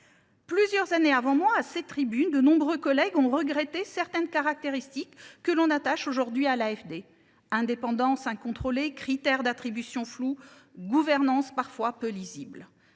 Plusieurs années avant moi, à cette tribune, de nombreux collègues ont regretté certaines caractéristiques que l’on attache aujourd’hui à l’AFD : indépendance incontrôlée, critères d’attribution flous, gouvernance parfois peu lisible.